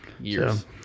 Years